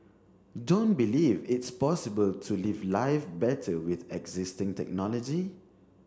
don't believe it's possible to live life better with existing technology